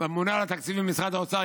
והממונה על התקציבים במשרד האוצר,